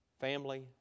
family